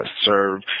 serve